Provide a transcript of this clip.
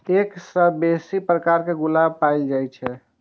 एक सय सं बेसी प्रकारक गुलाब पाएल जाए छै